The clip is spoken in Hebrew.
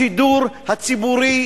השידור הציבורי,